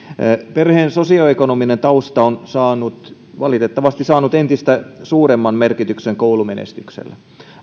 perheen sosioekonominen tausta on valitettavasti saanut entistä suuremman merkityksen koulumenestykselle